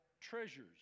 treasures